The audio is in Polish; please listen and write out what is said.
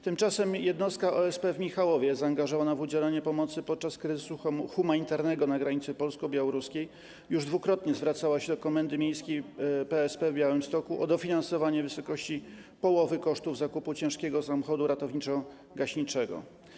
Tymczasem jednostka OSP w Michałowie zaangażowana w udzielanie pomocy podczas kryzysu humanitarnego na granicy polsko-białoruskiej już dwukrotnie zwracała się do Komendy Miejskiej PSP w Białymstoku o dofinansowanie w wysokości połowy kosztów zakupu ciężkiego samochodu ratowniczo-gaśniczego.